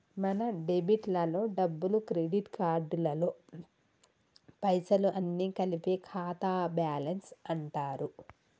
మన డెబిట్ లలో డబ్బులు క్రెడిట్ కార్డులలో పైసలు అన్ని కలిపి ఖాతా బ్యాలెన్స్ అంటారు